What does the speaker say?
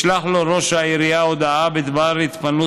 ישלח לו ראש העירייה הודעה בדבר התפנות